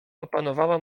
opanowała